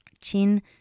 chin